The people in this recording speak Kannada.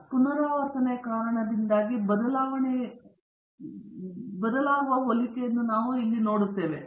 ಆದ್ದರಿಂದ ಪುನರಾವರ್ತನೆಯ ಕಾರಣದಿಂದಾಗಿ ಬದಲಾವಣೆಗಳಿಗೆ ಬದಲಾಗುವ ಹೋಲಿಕೆಯನ್ನು ನಾವು ಇಲ್ಲಿ ನೋಡುತ್ತೇವೆ